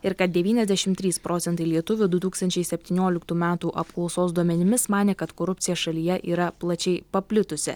ir kad devyniasdešimt trys procentai lietuvių du tūksančiai septynioliktų metų apklausos duomenimis manė kad korupcija šalyje yra plačiai paplitusi